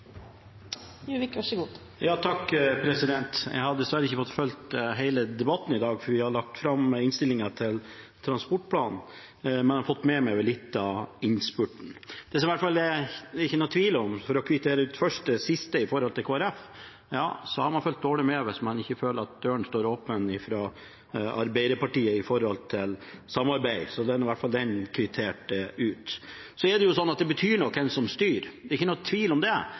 Jeg har dessverre ikke fått fulgt hele debatten i dag, for vi har lagt fram innstillingen til transportplanen. Men jeg har fått med meg litt av innspurten. Det som det i hvert fall ikke er noen tvil om – for først å kvittere ut det siste til Kristelig Folkeparti – er at man har fulgt dårlig med hvis man føler at ikke døren står åpen hos Arbeiderpartiet med tanke på samarbeid. Da er i hvert fall det kvittert ut. Så er det sånn at det betyr noe hvem som styrer, det er ikke noen tvil om det.